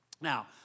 Now